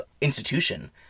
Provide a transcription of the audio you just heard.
institution